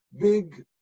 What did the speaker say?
big